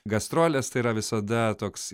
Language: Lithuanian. gastrolės tai yra visada toks